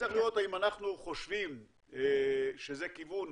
וצריך לראות האם אנחנו חושבים שזה כיוון